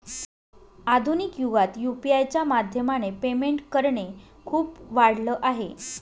आधुनिक युगात यु.पी.आय च्या माध्यमाने पेमेंट करणे खूप वाढल आहे